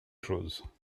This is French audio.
chose